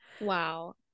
wow